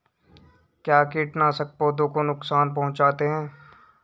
क्या कीटनाशक पौधों को नुकसान पहुँचाते हैं?